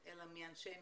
אלא מאנשי מקצוע,